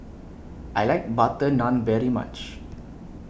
I like Butter Naan very much